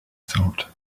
thought